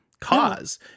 cause